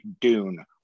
Dune